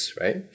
right